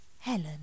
Helen